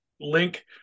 link